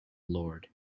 lord